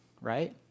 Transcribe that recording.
right